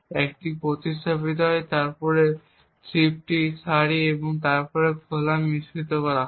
একটি প্রতিস্থাপিত হয় এবং তারপরে শিফট সারি এবং তারপরে কলাম মিশ্রিত করা হয়